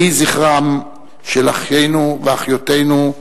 יהי זכרם של אחינו ואחיותינו,